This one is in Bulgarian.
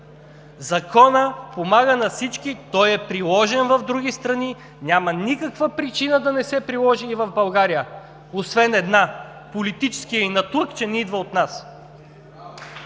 Законът помага на всички. Той е приложен в други страни. Няма никаква причина да не се приложи и в България, освен една – политическия инатлък, че не идва от нас.